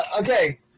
Okay